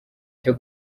cyo